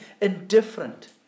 indifferent